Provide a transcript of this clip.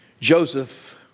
Joseph